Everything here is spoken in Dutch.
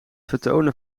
vertonen